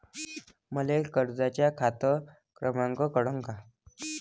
मले कर्जाचा खात क्रमांक कळन का?